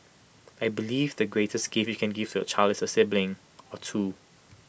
I believe the greatest gift you can give to your child is A sibling or two